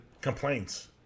complaints